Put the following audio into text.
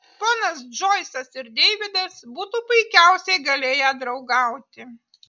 ponas džoisas ir deividas būtų puikiausiai galėję draugauti